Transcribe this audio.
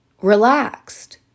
relaxed